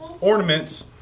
ornaments